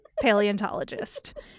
paleontologist